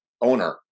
owner